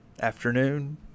afternoon